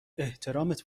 احترامت